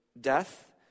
death